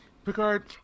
Picard